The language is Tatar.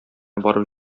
барып